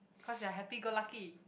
cause they are happy go lucky